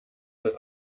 das